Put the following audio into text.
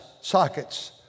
sockets